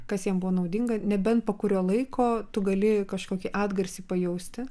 kas jiem buvo naudinga nebent po kurio laiko tu gali kažkokį atgarsį pajausti